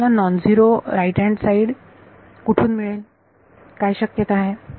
तर मला non zero right and side कुठून मिळेल काय शक्यता आहे